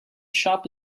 shop